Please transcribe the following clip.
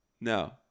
No